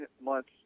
months